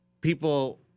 people